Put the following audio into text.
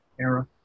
era